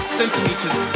centimeters